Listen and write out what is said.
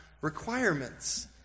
requirements